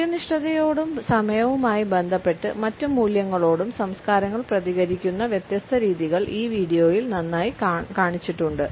കൃത്യനിഷ്ഠതയോടും സമയവുമായി ബന്ധപ്പെട്ട മറ്റ് മൂല്യങ്ങളോടും സംസ്കാരങ്ങൾ പ്രതികരിക്കുന്ന വ്യത്യസ്ത രീതികൾ ഈ വീഡിയോയിൽ നന്നായി കാണിച്ചിട്ടുണ്ട്